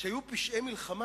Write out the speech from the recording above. שהיו פשעי מלחמה?